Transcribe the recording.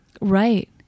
Right